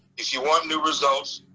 if you want new results,